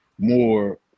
more